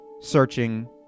searching